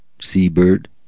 Seabird